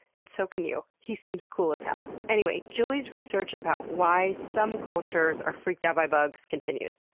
and so can you. he seems cool as hell. anyway, julie's research about why some cultures are freaked out by bugs continued.